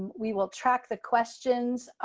we will track the questions,